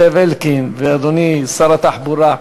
זאב אלקין ואדוני שר התחבורה,